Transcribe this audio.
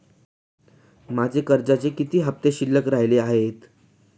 माझ्या कर्जाचे किती हफ्ते शिल्लक राहिले आहेत?